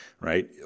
right